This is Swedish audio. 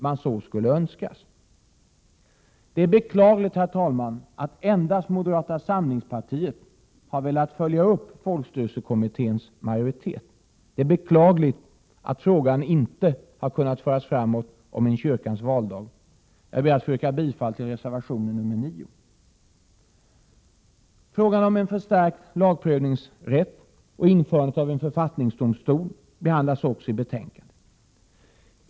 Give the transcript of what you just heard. Det är beklagligt, herr talman, att endast moderata samlingspartiet har velat följa upp folkstyrelsekommitténs majoritetsförslag. Det är beklagligt att frågan om en kyrkans valdag inte har kunnat föras framåt. Jag ber att få yrka bifall till reservation 9. Frågan om förstärkt lagprövningsrätt och införandet av en författningsdomstol behandlas också i betänkandet.